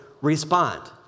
respond